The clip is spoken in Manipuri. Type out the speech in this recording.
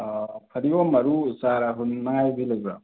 ꯐꯗꯤꯒꯣꯝ ꯃꯔꯨ ꯆꯥꯔ ꯍꯨꯟꯅꯤꯡꯉꯥꯏꯗꯤ ꯂꯩꯕ꯭ꯔꯥ